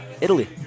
Italy